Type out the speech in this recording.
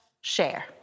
share